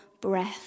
breath